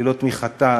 ללא תמיכתה,